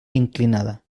inclinada